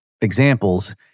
examples